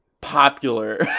popular